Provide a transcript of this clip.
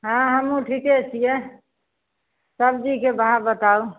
हँ हमहुँ ठीके छियै सब्जीके भाव बताउ